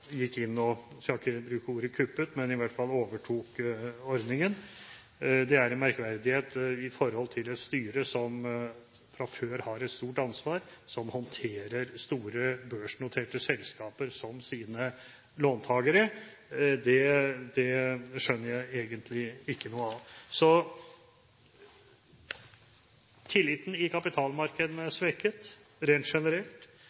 gikk inn – og, jeg skal ikke bruke ordet kuppet, men i hvert fall overtok ordningen. Det er en merkverdighet med tanke på et styre som fra før av har et stort ansvar, og som håndterer store børsnoterte selskaper som sine låntakere. Det skjønner jeg egentlig ikke noe av. Så tilliten i kapitalmarkedene er svekket rent generelt.